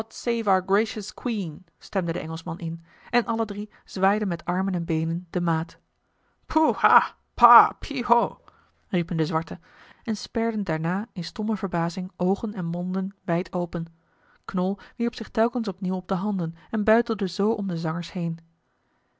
stemde de engelschman in en alle drie zwaaiden met armen en beenen de maat poe ha pa pih ho riepen de zwarten en sperden daarna in stomme verbazing oogen en monden wijd open knol wierp zich telkens opnieuw op de handen en buitelde zoo om de zangers heen